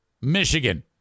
Michigan